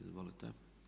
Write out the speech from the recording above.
Izvolite.